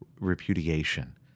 repudiation